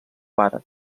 pare